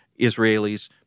Israelis